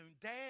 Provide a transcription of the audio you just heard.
Dad